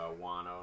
Wano